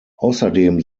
außerdem